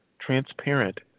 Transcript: transparent